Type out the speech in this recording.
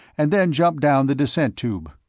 and then jumped down the descent tube.